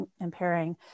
impairing